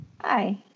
Hi